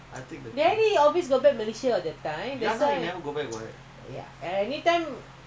now a bit strict not singapore singapore still can go they allowing already but malaysia side